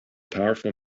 powerful